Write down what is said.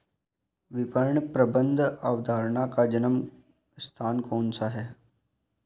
विपणन प्रबंध अवधारणा का जन्म स्थान कौन सा है?